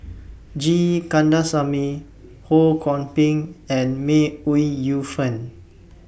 G Kandasamy Ho Kwon Ping and May Ooi Yu Fen